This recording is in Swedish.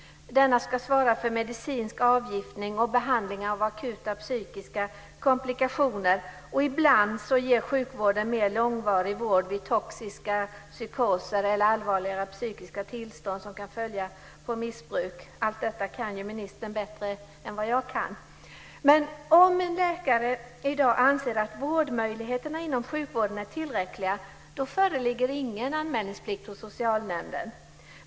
Denna ska svara för medicinsk avgiftning och behandling av akuta psykiska komplikationer. Ibland ger sjukvården mer långvarig vård vid toxiska psykoser eller allvarligare psykiska tillstånd som kan följa på missbruk. Allt detta kan ju ministern bättre än jag. Om en läkare i dag anser att vårdmöjligheterna inom sjukvården är tillräckliga föreligger ingen anmälningsplikt till socialnämnden.